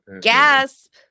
Gasp